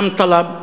גם טלב,